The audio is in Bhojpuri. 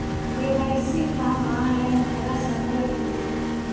के.वाइ.सी फार्म आन लाइन भरा सकला की ना?